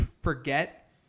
forget